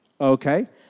Okay